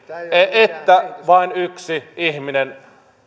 että vain yksi ihminen